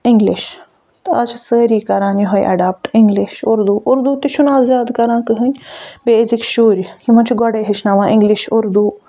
English تہٕ آز چھِ سٲری کران یِہوٚے اٮ۪ڈاپٹ اِنٛگلِش اُردو اُردو تہِ چھُنہٕ آز زیادٕ کران کٕہۭنۍ بیٚیہِ أزِکۍ شُرۍ یِمَن چھِ گۄڈٕے ہیٚچھناوان اِنٛگلِش اُردو